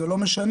זה לא משנה,